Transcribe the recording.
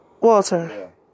Walter